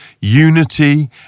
Unity